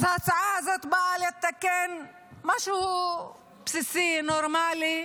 אז ההצעה הזאת באה לתקן משהו בסיסי, נורמלי,